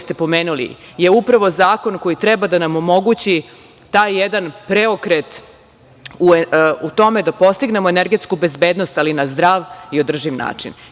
ste pomenuli je upravo zakon koji treba da nam omogući taj jedan preokret u tome da postignemo energetsku bezbednost, ali na zdrav i održiv način. Još